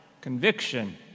conviction